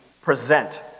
present